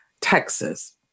Texas